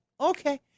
okay